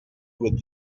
with